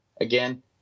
again